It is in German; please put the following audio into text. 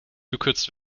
gekürzt